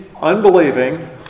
unbelieving